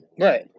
Right